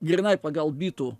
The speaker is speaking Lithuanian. grynai pagal bitų